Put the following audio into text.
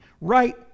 right